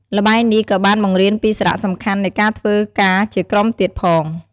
ល្បែងនេះក៏បានបង្រៀនពី សារៈសំខាន់នៃការធ្វើការជាក្រុមទៀតផង។